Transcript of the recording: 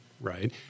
right